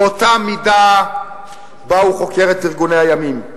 באותה מידה שבה הוא חוקר את ארגוני הימין.